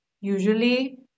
usually